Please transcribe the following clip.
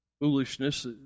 foolishness